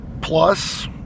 plus